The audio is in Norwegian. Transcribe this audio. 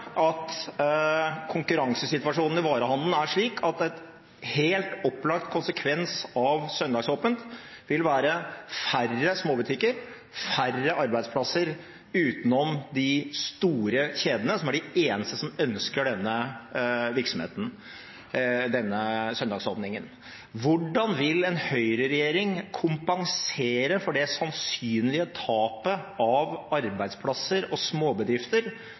at konkurransesituasjonen i varehandelen er slik at en helt opplagt konsekvens av søndagsåpent vil være færre småbutikker og færre arbeidsplasser – utenom de store kjedene, som er de eneste som ønsker denne søndagsåpningen. Hvordan vil en høyreregjering kompensere for det tapet av arbeidsplasser og småbedrifter